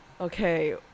okay